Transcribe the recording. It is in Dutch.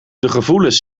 gevoelens